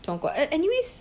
中国 uh anyways